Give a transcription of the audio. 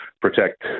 protect